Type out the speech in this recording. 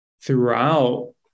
throughout